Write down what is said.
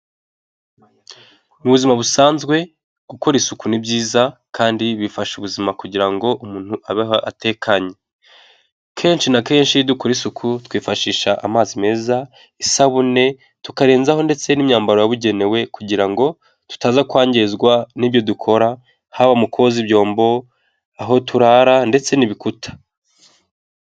Mu buzima busanzwe gukora isuku ni byiza kandi bifasha ubuzima kugira ngo umuntu abeho atekanye, kenshi na kenshi iyo dukora isuku twifashisha amazi meza, isabune tukarenzaho ndetse n'imyambaro yabugenewe kugira ngo tutaza kwangizwa n'ibyo dukora haba mu koza ibyombo, aho turara ndetse n'ibikuta.